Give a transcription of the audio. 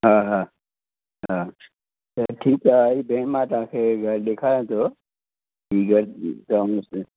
हा हा हा त ठीकु आहे अरे भेण मां तव्हांखे घरु ॾेखारियां थो